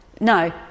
No